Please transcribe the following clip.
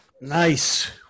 nice